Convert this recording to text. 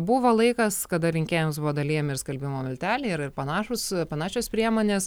buvo laikas kada rinkėjams buvo dalijami ir skalbimo milteliai ir panašūs panašios priemonės